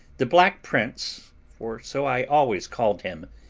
the black prince, for so i always called him,